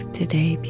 today